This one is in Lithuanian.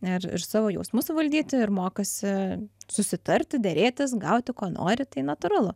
ir ir savo jausmus valdyti ir mokosi susitarti derėtis gauti ko nori tai natūralu